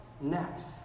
next